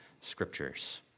scriptures